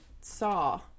saw